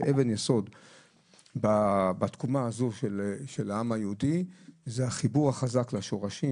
שאבן יסוד בתקומה הזו של העם היהודי זה החיבור החזק לשורשים,